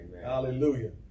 Hallelujah